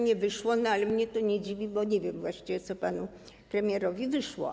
Nie wyszło, ale mnie to nie dziwi, bo nie wiem właściwie, co panu premierowi wyszło.